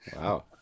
wow